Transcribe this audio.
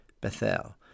Bethel